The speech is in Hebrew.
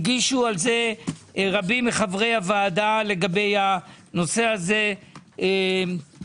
הגישו על זה רבים מחברי הוועדה לגבי הנושא הזה - בקשה.